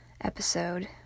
episode